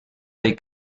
dei